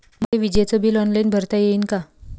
मले विजेच bill online भरता येईन का?